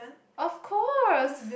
of course